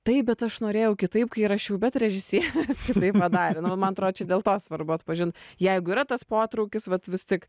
taip bet aš norėjau kitaip kai rašiau bet režisieriui kitaip padarė nu va man atrodo čia dėl to svarbu atpažint jeigu yra tas potraukis vat vis tik